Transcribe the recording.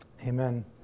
Amen